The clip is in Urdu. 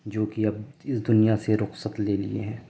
جو کہ اب اس دنیا سے رخصت لے لیے ہیں